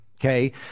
okay